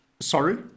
sorry